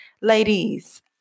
Ladies